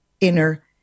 inner